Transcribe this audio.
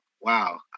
Wow